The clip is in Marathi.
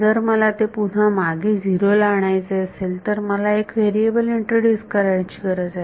जर मला ते पुन्हा मागे 0 ला आणायचे असेल तर मला एक व्हेरिएबल इंट्रोड्युस करण्याची गरज आहे